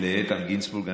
ולאיתן גינזבורג.